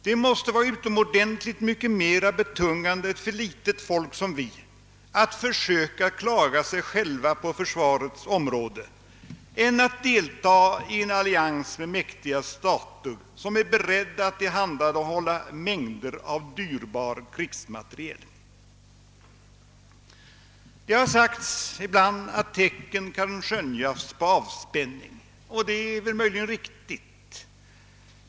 Det måste vara utomordentligt mycket mer betungande för en liten nation som vår att försöka klara sig själv på försvarets område än att delta i en allians med mäktiga stater som är beredda att tillhandahålla mängder av dyrbar krigsmateriel. Det har ibland sagts att tecken på avspänning nu kan skönjas. Det är möjligen riktigt.